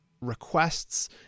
requests